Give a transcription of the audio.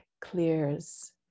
clears